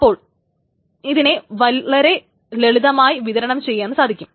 അപ്പോൾ ഇതിനെ വളരെ ലളിതമായി വിതരണം ചെയ്യാൻ സാധിക്കും